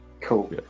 Cool